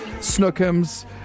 Snookums